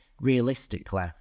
realistically